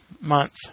month